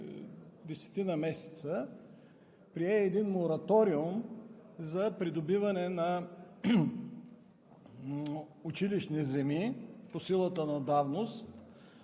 събрание прие един мораториум за придобиване на училищни земи по силата на давност